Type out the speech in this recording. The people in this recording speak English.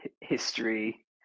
history